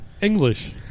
English